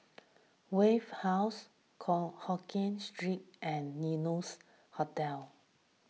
Wave House Hokien Street and Adonis Hotel